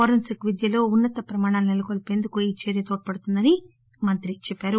forensic విద్యలో ఉన్నత ప్రమాణాలు నెలకొల్చేందుకు ఈ చర్చ తోడ్చడుతుందని మంత్రి పేర్కొన్నారు